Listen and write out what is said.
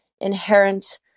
inherent